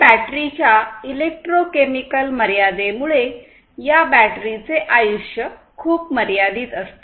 आणि बॅटरीच्या इलेक्ट्रोकेमिकल मर्यादेमुळे या बॅटरीचे आयुष्य खूप मर्यादित असते